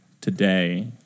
today